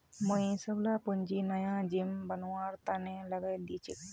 मुई सबला पूंजी नया जिम बनवार तने लगइ दील छि